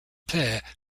pair